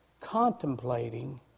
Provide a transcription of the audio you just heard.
contemplating